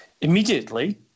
Immediately